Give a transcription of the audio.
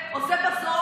עזבו אתכם,